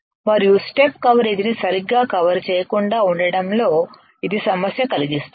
మరియు step coverage ని సరిగ్గా కవర్ చేయకుండా ఉండటంలో ఇది సమస్య కలిగిస్తుంది